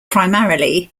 primarily